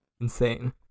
insane